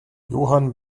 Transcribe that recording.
johann